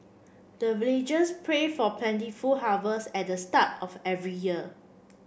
the villagers pray for plentiful harvest at the start of every year